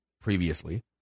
previously